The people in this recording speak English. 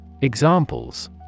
Examples